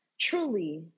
truly